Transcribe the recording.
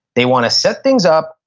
they want to set things up,